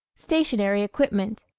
stationary equipment